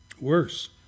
Worse